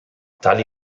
tali